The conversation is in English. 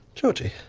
georgie,